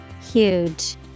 Huge